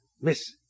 Miss